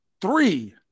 three